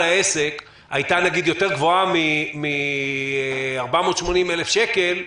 העסק הייתה יותר גבוהה מ-480,000 שקל,